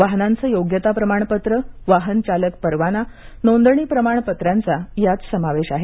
वाहनांचं योग्यता प्रमाणपत्र वाहन चालक परवाना नोंदणी प्रमाणपत्रांचा यात समावेश आहे